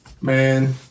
Man